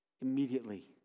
immediately